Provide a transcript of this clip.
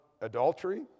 adultery